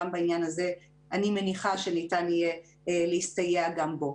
וגם בעניין הזה אני מניחה שניתן יהיה להסתייע גם בו.